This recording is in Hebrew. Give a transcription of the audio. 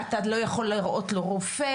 אתה לא יכול לראות רופא,